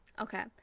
Okay